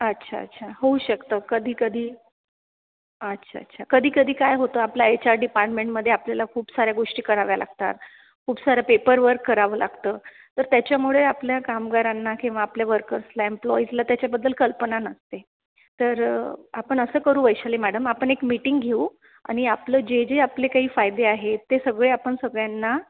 अच्छा अच्छा होऊ शकतं कधी कधी अच्छा अच्छा कधी कधी काय होतं आपल्या एच आर डिपार्टमेंटमध्ये आपल्याला खूप साऱ्या गोष्टी कराव्या लागतात खुप सारं पेपरवर्क करावं लागतं तर त्याच्यामुळे आपल्या कामगारांना किंवा आपल्या वर्कर्सला एम्प्लॉईजला त्याच्याबद्दल कल्पना नसते तर आपण असं करू वैशाली मॅडम आपण एक मीटिंग घेऊ आणि आपलं जे जे आपले काही फायदे आहेत ते सगळे आपण सगळ्यांना